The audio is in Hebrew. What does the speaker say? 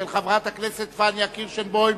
של חברת הכנסת פניה קירשנבאום.